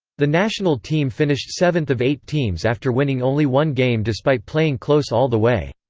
the national team finished seventh of eight teams after winning only one game despite playing close all the way.